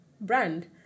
brand